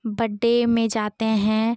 birth day में जाते हैं